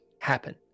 happen